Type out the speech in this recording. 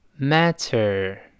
Matter